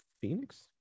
Phoenix